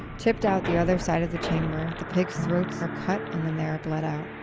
tipped out the other side of the chamber, the pigs' throats are cut and and they are bled out.